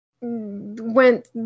Went